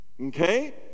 Okay